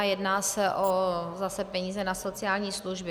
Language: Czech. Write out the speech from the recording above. Jedná se o peníze na sociální služby.